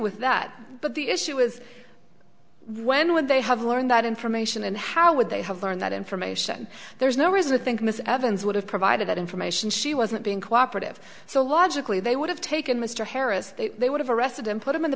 with that but the issue is when would they have learned that information and how would they have learned that information there's no reason to think miss evans would have provided that information she wasn't being cooperative so logically they would have taken mr harris they would have arrested him put him in the